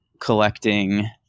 collecting